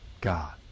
God